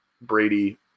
Brady